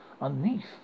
Underneath